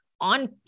on